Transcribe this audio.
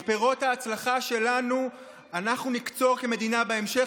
את פירות ההצלחה שלנו אנחנו נקצור כמדינה בהמשך,